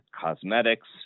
cosmetics